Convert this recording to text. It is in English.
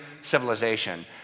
civilization